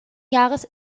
jahres